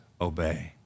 obey